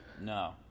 No